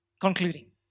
Concluding